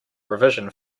revision